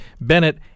Bennett